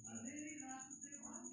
ATM केना काम करै छै?